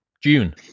June